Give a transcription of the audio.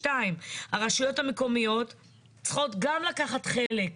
שתיים, הרשויות המקומיות צריכות גם לקחת חלק.